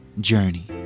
journey